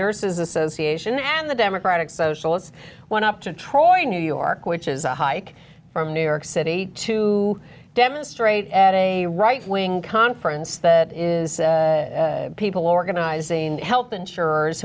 nurses association and the democratic socialists went up to troy new york which is a hike from new york city to demonstrate at a right wing conference that is people organizing health insur